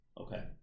Okay